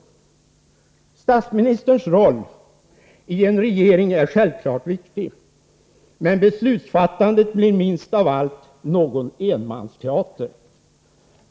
Statsministerns roll i en regering är självklart viktig, men beslutsfattandet blir minst av allt någon enmansteater.